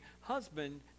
husband